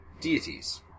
deities